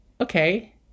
okay